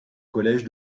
collège